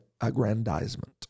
aggrandizement